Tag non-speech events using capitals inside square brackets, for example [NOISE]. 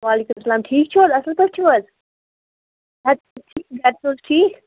وعلیکُم اسلام ٹھیٖک چھُو حظ اصٕل پٲٹھۍ چھُو حظ [UNINTELLIGIBLE] گَرِ چھُو حظ ٹھیٖک